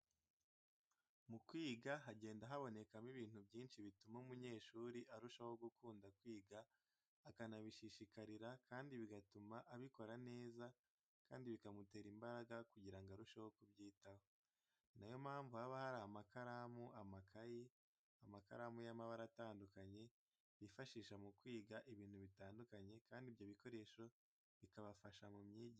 Mu kwiga hagenda habonekamo ibintu byinshi bituma umunyeshuri arushaho gukunda kwiga akanabishishikarira kandi bigatuma abikora neza kandi bikamutera imbaraga kugirango arusheho kubyitaho. Ninayo mpamvu haba hari amakaramu, amakaye , amakaramu y'amabara atandukanye bifashisha mu kwiga ibintu bitandukanye kandi ibyo bikoresho bikabafasha mu myigire.